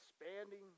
expanding